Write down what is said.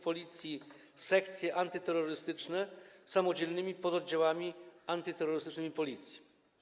Policji sekcje antyterrorystyczne samodzielnymi pododdziałami antyterrorystycznymi Policji.